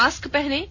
mask पहनें